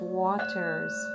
waters